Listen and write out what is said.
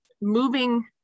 moving